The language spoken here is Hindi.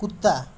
कुत्ता